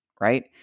right